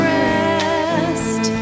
rest